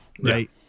right